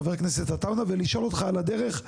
חבר הכנסת עטאונה ולשאול אותך על הדרך,